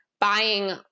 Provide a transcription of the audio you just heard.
buying